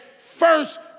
First